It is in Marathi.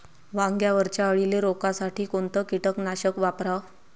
वांग्यावरच्या अळीले रोकासाठी कोनतं कीटकनाशक वापराव?